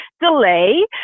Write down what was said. DeLay